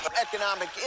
Economic